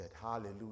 Hallelujah